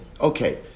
Okay